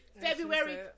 February